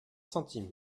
centimes